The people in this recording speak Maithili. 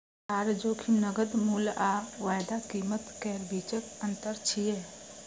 आधार जोखिम नकद मूल्य आ वायदा कीमत केर बीचक अंतर छियै